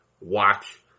watch